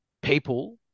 people